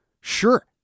Sure